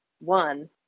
One